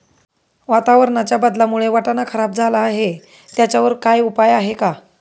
वातावरणाच्या बदलामुळे वाटाणा खराब झाला आहे त्याच्यावर काय उपाय आहे का?